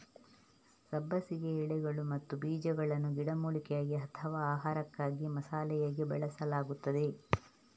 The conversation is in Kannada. ಸಬ್ಬಸಿಗೆ ಎಲೆಗಳು ಮತ್ತು ಬೀಜಗಳನ್ನು ಗಿಡಮೂಲಿಕೆಯಾಗಿ ಅಥವಾ ಆಹಾರಕ್ಕಾಗಿ ಮಸಾಲೆಯಾಗಿ ಬಳಸಲಾಗುತ್ತದೆ